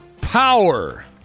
power